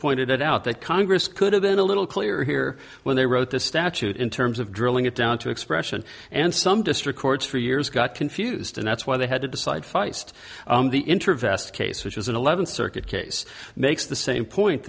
pointed out that congress could have been a little clearer here when they wrote the statute in terms of drilling it down to expression and some district courts for years got confused and that's why they had to decide feist the interventionist case which is an eleventh circuit case makes the same point